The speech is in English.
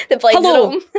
hello